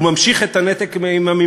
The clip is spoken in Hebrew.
הוא ממשיך את הנתק עם הממשל,